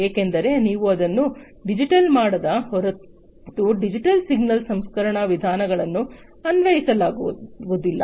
ಏಕೆಂದರೆ ನೀವು ಅದನ್ನು ಡಿಜಿಟಲ್ ಮಾಡದ ಹೊರತು ಡಿಜಿಟಲ್ ಸಿಗ್ನಲ್ ಸಂಸ್ಕರಣಾ ವಿಧಾನಗಳನ್ನು ಅನ್ವಯಿಸಲಾಗುವುದಿಲ್ಲ